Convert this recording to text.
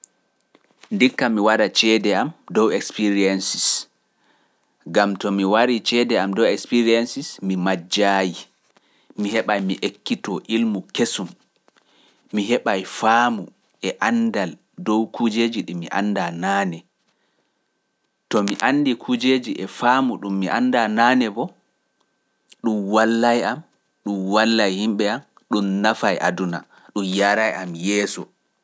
ndikka mi waɗa ceede am dow experiences, gam to mi warii ceede am dow experiences, mi majjaayi, mi heɓaay mi ekkitoo ilmu kesum, mi heɓaay faamu e anndal dow kujeeji ɗi mi anndaa naane, to mi anndi kujeeji e faamu ɗum mi anndaa naane fo, ɗum wallay am, ɗum wallay yimɓe am, ɗum nafaa e aduna, ɗum yaray am yeeso.